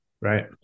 right